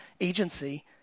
agency